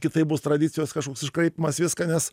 kitaip bus tradicijos kažkoks iškraipymas viską nes